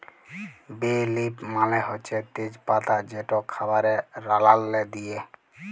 বে লিফ মালে হছে তেজ পাতা যেট খাবারে রাল্লাল্লে দিই